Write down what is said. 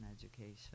education